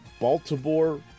Baltimore